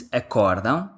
acordam